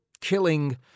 killing